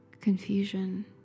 confusion